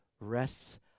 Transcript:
rests